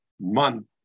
month